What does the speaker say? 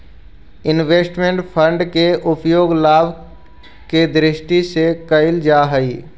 investment fund के उपयोग लाभ के दृष्टि से कईल जा हई